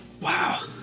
Wow